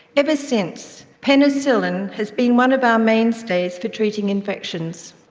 ever since, penicillin has been one of our mainstays for treating infections.